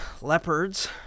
leopards